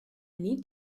need